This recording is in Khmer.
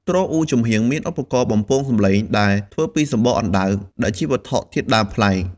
ទ្រអ៊ូចំហៀងមានឧបករណ៍បំពងសំឡេងដែលធ្វើពីសំបកអណ្ដើក ដែលជាវត្ថុធាតុដើមប្លែក។